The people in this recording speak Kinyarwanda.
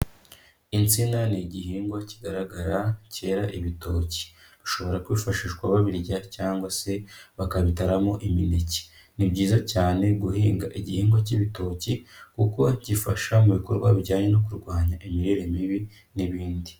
Insina ni igihingwa kigaragara cyera ibitoki bishobora kwifashishwa babirya cyangwa se bakabitaramo imineke, ni byiza cyane guhinga igihingwa cy'ibitoki kuko gifasha mu bikorwa bijyanye no kurwanya imirire mibi n'ibindi.